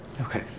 Okay